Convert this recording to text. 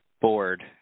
board